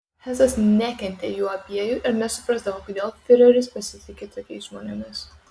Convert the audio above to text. hesas nekentė jų abiejų ir nesuprasdavo kodėl fiureris pasitiki tokiais žmonėmis